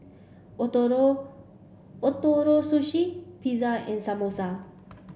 Ootoro Ootoro Sushi Pizza and Samosa